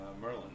Merlin